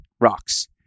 rocks